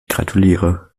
gratuliere